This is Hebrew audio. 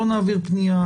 בואו נעביר פנייה.